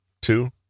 Two